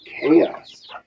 chaos